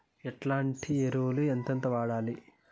ఎట్లాంటి ఎరువులు ఎంతెంత వాడాలి?